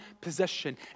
possession